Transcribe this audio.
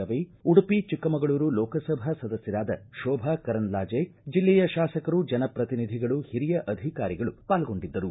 ರವಿ ಉಡುಪಿ ಚಿಕ್ಕಮಗಳೂರು ಲೋಕಸಭಾ ಸದಸ್ಯರಾದ ಶೋಭಾ ಕರಂದ್ಲಾಜೆ ಜಿಲ್ಲೆಯ ಶಾಸಕರು ಜನಪ್ರತಿನಿಧಿಗಳು ಓರಿಯ ಅಧಿಕಾರಿಗಳು ಪಾಲ್ಗೊಂಡಿದ್ದರು